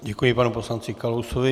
Děkuji panu poslanci Kalousovi.